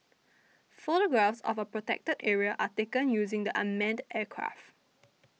photographs of a Protected Area are taken using the unmanned aircraft